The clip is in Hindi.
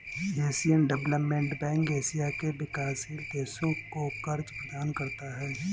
एशियन डेवलपमेंट बैंक एशिया के विकासशील देशों को कर्ज प्रदान करता है